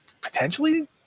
potentially